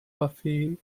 puffy